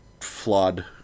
flawed